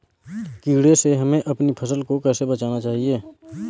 कीड़े से हमें अपनी फसल को कैसे बचाना चाहिए?